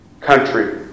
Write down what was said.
country